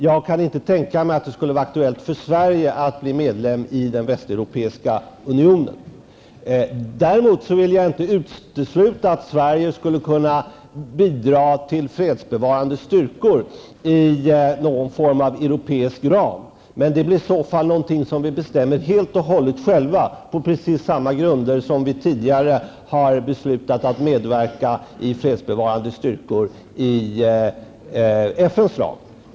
Jag kan inte tänka mig att det skulle vara aktuellt för Sverige att bli medlem i Däremot är det inte uteslutet att Sverie skulle kunna bidra till fredsbevarande styrkor inom någon europeisk ram, men det blir i så fall något som vi bestämmer helt och hållet själva, på samma grunder som vi tidigare har beslutat att medverka i fredsbevarande styrkor inom FNs ram.